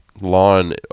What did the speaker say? lawn